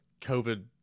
COVID